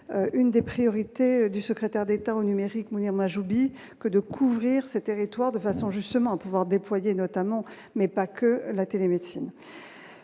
une des priorités du secrétaire d'État au Numérique Mounir Mahjoubi que de couvrir ces territoires, de façon justement à pouvoir déployer notamment. Mais pas que la télémédecine